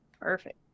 perfect